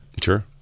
Sure